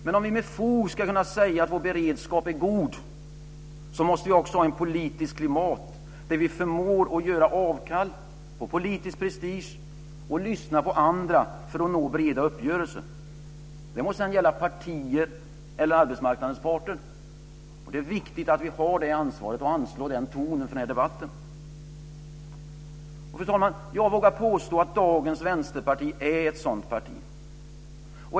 Men om vi med fog ska kunna säga att vår beredskap är god måste vi också ha ett politiskt klimat som gör att vi förmår att göra avkall på politisk prestige och lyssna på andra för att nå breda uppgörelser. Det må sedan gälla partier eller arbetsmarknadens parter. Det är viktigt att vi har det ansvaret och anslår den tonen för den här debatten. Fru talman! Jag vågar påstå att dagens vänsterparti är ett sådant parti.